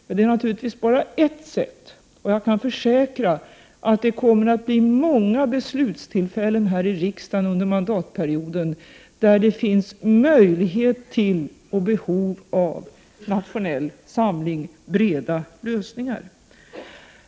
Men det är naturligtvis bara ett sätt, och jag kan försäkra att det kommer att bli många beslutstillfällen här i riksdagen under mandatperioden, där det kommer att finnas möjlighet till och behov av nationell samling och breda lösningar.